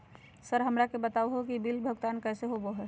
Sir हमरा के बता हो कि बिल भुगतान कैसे होबो है?